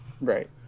Right